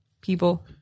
people